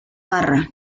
parra